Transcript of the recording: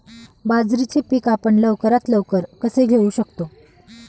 बाजरीचे पीक आपण लवकरात लवकर कसे घेऊ शकतो?